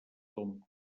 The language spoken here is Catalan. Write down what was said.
com